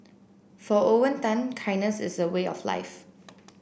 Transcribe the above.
for Owen Tan kindness is a way of life